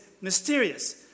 mysterious